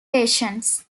patients